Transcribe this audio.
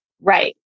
Right